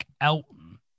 Elton